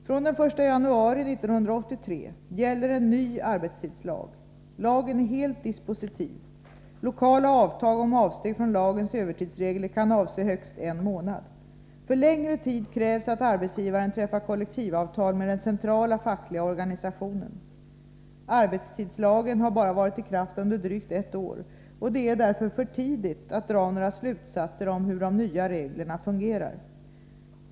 Från den 1 januari 1983 gäller en ny arbetstidslag. Lagen är helt dispositiv. Lokala avtal om avsteg från lagens övertidsregler kan avse högst en månad. För längre tid krävs att arbetsgivaren träffar kollektivavtal med den centrala fackliga organisationen. Arbetstidslagen har bara varit i kraft under drygt ett år. Det är därför för tidigt att dra några slutsatser om hur de nya reglerna fungerar.